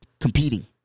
competing